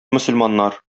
мөселманнар